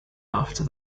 after